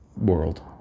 world